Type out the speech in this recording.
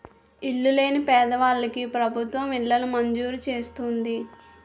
ఇల్లు లేని పేదవాళ్ళకి ప్రభుత్వం ఇళ్లను మంజూరు చేస్తుంది